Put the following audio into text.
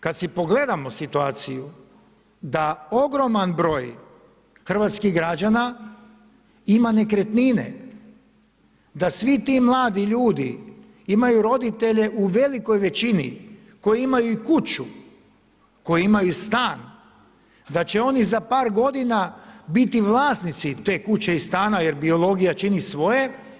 Kad si pogledamo situaciju da ogroman broj hrvatskih građana ima nekretnine da svi ti mladi ljudi imaju roditelje u velikoj većini koji imaju i kuću, koji imaju i stan da će oni za par godina biti vlasnici te kuće i stana jer biologija čini svoje.